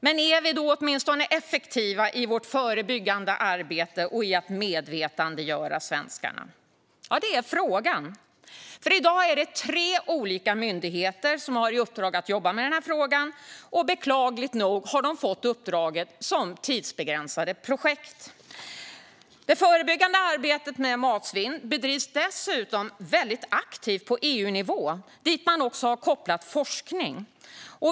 Men är vi då åtminstone effektiva i vårt förebyggande arbete och i att medvetandegöra svenskarna? Det är frågan. I dag är det tre olika myndigheter som har i uppdrag att jobba med frågan. Beklagligt nog har de fått uppdraget som tidsbegränsade projekt. Det förebyggande arbetet med matsvinn bedrivs dessutom väldigt aktivt på EU-nivå dit man också har kopplat forskning.